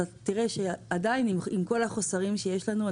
אתה תראה שלמרות כל החוסרים שיש לנו,